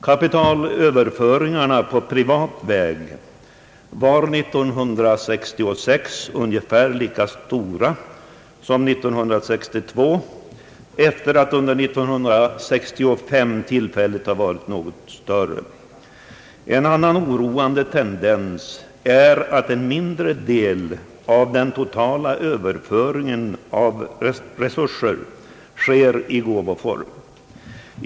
Kapitalöverföringarna på privat väg var år 1966 ungefär lika stora som 1962 efter att under 1965 tillfälligt ha varit något större. En annan oroande tendens är att en mindre del av den totala överföringen av resurser sker i gåvoform.